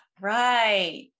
Right